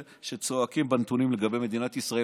שצועקים עם נתונים לגבי מדינת ישראל,